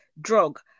drug